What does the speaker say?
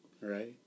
right